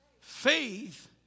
faith